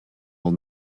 will